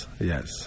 yes